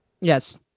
Yes